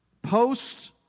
Post